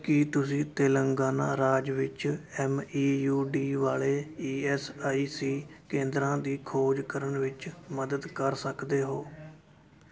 ਕੀ ਤੁਸੀਂ ਤੇਲੰਗਾਨਾ ਰਾਜ ਵਿੱਚ ਐੱਮ ਈ ਯੂ ਡੀ ਵਾਲੇ ਈ ਐੱਸ ਆਈ ਸੀ ਕੇਂਦਰਾਂ ਦੀ ਖੋਜ ਕਰਨ ਵਿੱਚ ਮਦਦ ਕਰ ਸਕਦੇ ਹੋ